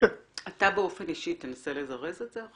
באופן אישי תדאג לזרז את זה.